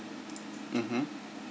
mmhmm